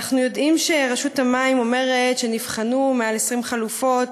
אנחנו יודעים שרשות המים אומרת שנבחנו מעל 20 חלופות,